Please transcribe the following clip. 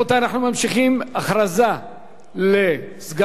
הודעה לסגן מזכיר הכנסת.